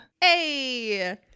Hey